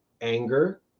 anger